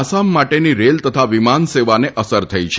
આસામ માટેની રેલ તથા વિમાન સેવાને અસર થઈ છે